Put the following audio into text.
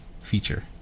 feature